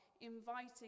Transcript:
inviting